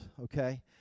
okay